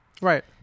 right